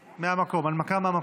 מהמקום, הנמקה מהמקום.